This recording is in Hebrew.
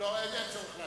אין צורך להשיב.